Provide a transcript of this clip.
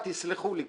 תסלחו לי,